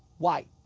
why?